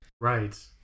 right